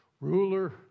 Ruler